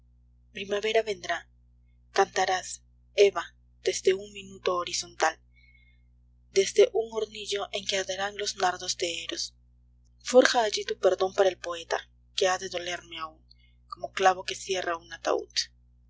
primavera vendrá cantarás desde un minuto horizontal des le un hornillo en que arderán los nardos de eros forja allí tu perdón para el poeta que ha de doleí me aún como clavo que cierra un ataúd